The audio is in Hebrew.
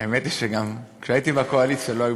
האמת היא שגם כשהייתי בקואליציה לא היו